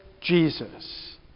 Jesus